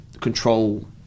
control